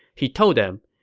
he told them,